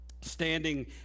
standing